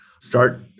start